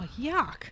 Yuck